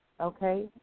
Okay